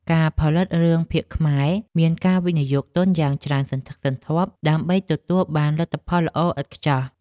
ការផលិតរឿងភាគខ្មែរមានការវិនិយោគទុនយ៉ាងច្រើនសន្ធឹកសន្ធាប់ ដើម្បីទទួលបានលទ្ធផលល្អឥតខ្ចោះ។